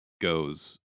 goes